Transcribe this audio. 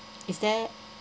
is there